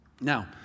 Now